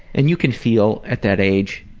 and you can feel at that age,